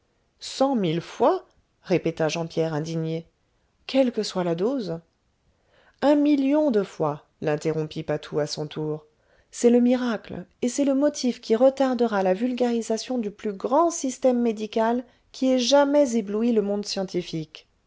mille fois répéta jean pierre indigné quelle que soit la dose un million de fois l'interrompit patou à son tour c'est le miracle et c'est le motif qui retardera la vulgarisation du plus grand système médical qui ait jamais ébloui le monde scientifique